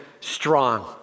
strong